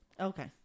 Okay